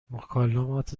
مکالمات